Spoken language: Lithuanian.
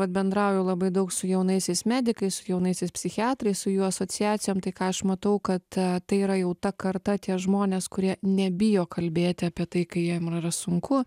vat bendrauju labai daug su jaunaisiais medikais su jaunaisiais psichiatrais su jų asociacijom tai ką aš matau kad tai yra jau ta karta tie žmonės kurie nebijo kalbėti apie tai kai jiem yra sunku